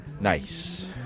nice